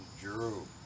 drew